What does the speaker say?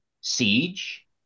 siege